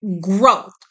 growth